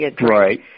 Right